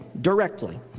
directly